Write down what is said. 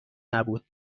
نبود